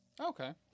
okay